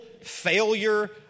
failure